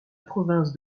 province